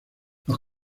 los